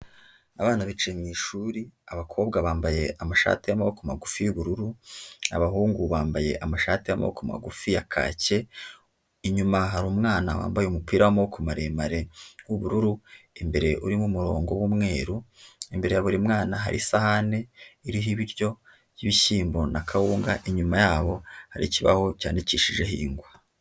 Abana bicaye mu ishuri, abakobwa bambaye amashati y'amaboko magufi y'ubururu, abahungu bambaye amashati y'amaboko magufi ya kake, inyuma hari umwana wambaye umupira w'amaboko maremare w'ubururu imbere urimo umurongo w'umweru, imbere ya buri mwana hari isahani iriho ibiryo y'ibishyimbo na kawunga, inyuma yabo hari ikibaho cyandikishijeho ingwa.